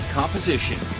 composition